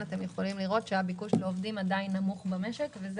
יכולים לראות שהביקוש לעובדים במשק עדיין נמוך.